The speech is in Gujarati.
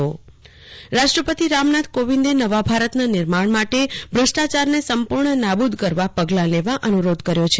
કુલ્પના શાહ રાષ્ટ્રપતિ રાષ્ટ્રપતિ રામનાથ કોવિંદે નવા ભારતના નિર્માણ માટે ભ્રષ્ટાચારને સંપૂર્ણ નાબુદ કરવા પગલા લેવા અનુરોધ કર્યો છે